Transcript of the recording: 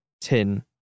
tin